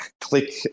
click